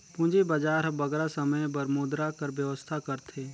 पूंजी बजार हर बगरा समे बर मुद्रा कर बेवस्था करथे